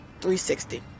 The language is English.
360